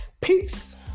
Peace